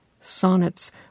sonnets